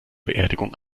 beerdigung